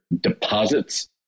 deposits